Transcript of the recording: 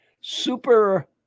Super